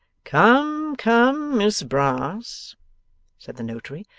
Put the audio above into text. come, come, miss brass said the notary,